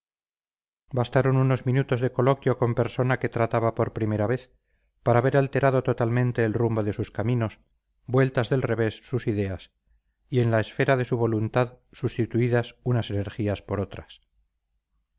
bastaron unos minutos de coloquio con persona que trataba por primera vez para ver alterado totalmente el rumbo de sus caminos vueltas del revés sus ideas y en la esfera de su voluntad sustituidas unas energías por otras